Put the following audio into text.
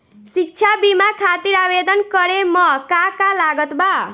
शिक्षा बीमा खातिर आवेदन करे म का का लागत बा?